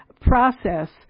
process